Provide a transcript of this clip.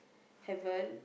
heaven